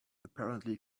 apparently